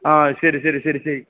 ആ ശരി ശരി ശരി ശരി